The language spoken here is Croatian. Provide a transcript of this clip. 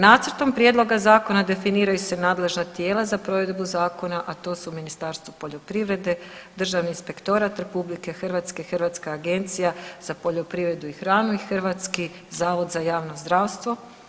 Nacrtom prijedloga zakona definiraju se nadležna tijela za provedbu zakona, a to su Ministarstvo poljoprivrede, Državni inspektorat RH, Hrvatska agencija za poljoprivredu i hranu i Hrvatski zavod za javno zdravstvo.